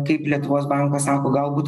kaip lietuvos banko sako galbūt